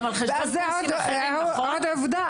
ואז זה עוד הפסד.